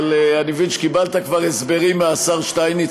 אבל אני מבין שקיבלת כבר הסברים מהשר שטייניץ.